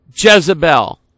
Jezebel